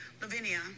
Lavinia